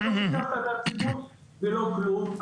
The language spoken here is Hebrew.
אתה לא שיתפת את הציבור ולא כלום.